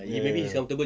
ya ya ya